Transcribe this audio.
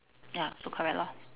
ya so correct lor